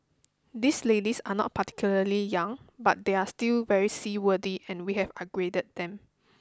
these ladies are not particularly young but they are still very seaworthy and we have upgraded them